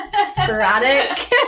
sporadic